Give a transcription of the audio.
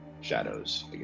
shadows